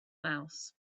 mouse